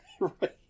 right